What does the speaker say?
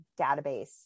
database